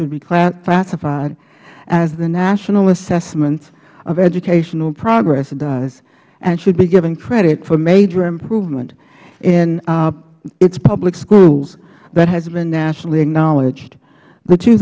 should be classified as the national assessment of education progress does and should be given credit for major improvement in its public schools that has been nationally acknowledged the two